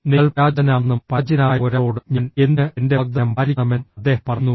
നിങ്ങൾ പരാജിതനാണെന്നും പരാജിതനായ ഒരാളോട് ഞാൻ എന്തിന് എന്റെ വാഗ്ദാനം പാലിക്കണമെന്നും അദ്ദേഹം പറയുന്നു